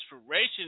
inspiration